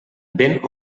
vent